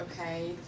okay